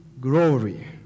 Glory